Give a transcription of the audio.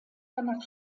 danach